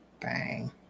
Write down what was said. Bang